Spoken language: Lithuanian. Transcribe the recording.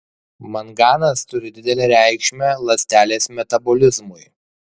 manganas turi didelę reikšmę ląstelės metabolizmui